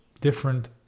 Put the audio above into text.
different